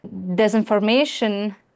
disinformation